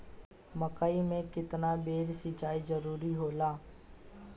मकई मे केतना बेर सीचाई जरूरी होला?